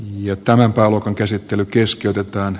ja tämä talo käsittely keskeytetään